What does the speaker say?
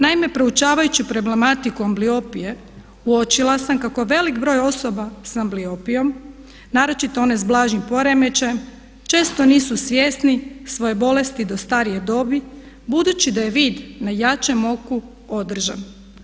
Naime, proučavajući problematiku ambliopije uočila sam kako veliki broj osoba s ambliopijom naročito one s blažim poremećajem često nisu svjesni svoje bolesti do starije dobi budući da je vid na jačem oku održan.